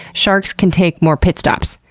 sharks can take more pit stops.